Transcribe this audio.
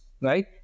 right